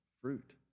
fruit